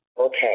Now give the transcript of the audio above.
Okay